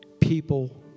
people